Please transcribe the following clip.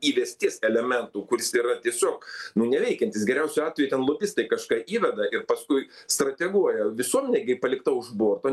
įvesties elementų kuris yra tiesiog neveikiantis geriausiu atveju ten lobistai kažką įveda ir paskui strateguoja visuomenė gi palikta už borto